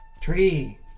Tree